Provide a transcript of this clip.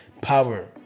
power